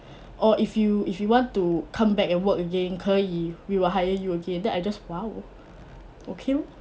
oh if you if you want to come back and work again 可以 we will hire you again then I just !wow! okay lor